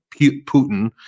Putin